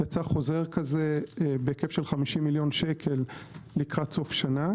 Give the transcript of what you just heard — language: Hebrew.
יצא חוזר כזה בהיקף של 50 מיליון שקל לקראת סוף שנה.